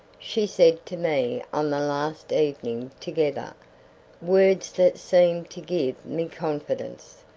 she said to me on the last evening together words that seemed to give me confidence,